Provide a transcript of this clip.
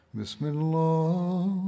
Bismillah